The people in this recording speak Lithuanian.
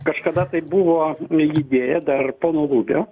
kažkada tai buvo idėja dar pono lubio